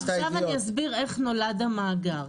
עכשיו אני אסביר נולד המאגר.